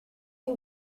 you